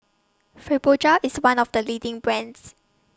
Fibogel IS one of The leading brands